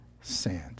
sand